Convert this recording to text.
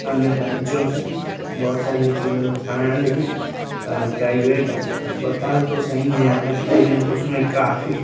अन्य राज्यों से बहुत सारी ऐसी व्यवस्थाएँ हैं लेकिन प्राइभेट अस अस्पताल तो सही हैं यहाँ के लेकिन उसमें काफी